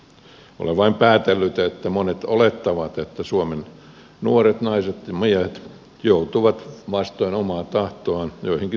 olen vain päätellyt että monet olettavat että suomen nuoret naiset ja miehet joutuvat vastoin omaa tahtoaan joihinkin sotatantereisiin maan rajojen ulkopuolelle